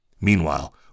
Meanwhile